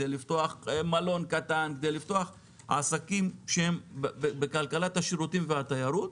מלון קטן או עסקים אחרים שהם בכלכלת השירותים והתיירות.